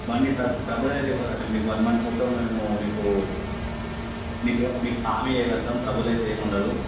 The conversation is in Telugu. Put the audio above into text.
బండి ట్రబుల్ ట్రబుల్ అయితే ఇవ్వదు అండి మీకు వన్ మంత్ మొత్తం మేము మీకు మీకు మీకు హామీ చేయగలుగుతాం ట్రబుల్ అయితే ఏమి ఉండదు